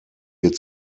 wird